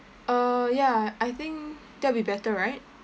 uh ya I think that'll be better right